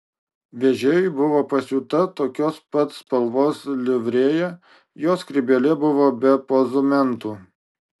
vežėjui buvo pasiūta tokios pat spalvos livrėja jo skrybėlė buvo be pozumentų